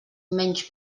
menys